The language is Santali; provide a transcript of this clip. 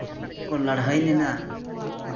ᱞᱟᱹᱲᱦᱟᱹᱭ ᱞᱮᱱᱟ